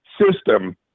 system